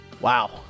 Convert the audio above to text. wow